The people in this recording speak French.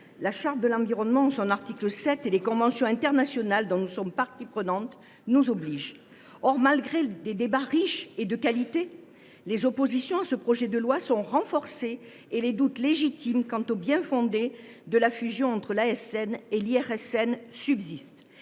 la Charte de l’environnement et les conventions internationales dont nous sommes parties prenantes nous obligent. Or, malgré des débats riches et de qualité, les oppositions à ce projet de loi sont renforcées et les doutes légitimes quant au bien fondé de la fusion entre l’ASN et l’IRSN subsistent.